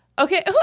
Okay